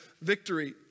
victory